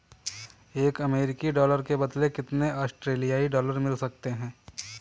एक अमेरिकी डॉलर के बदले कितने ऑस्ट्रेलियाई डॉलर मिल सकते हैं?